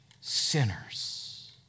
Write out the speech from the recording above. sinners